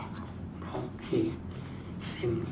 brown okay same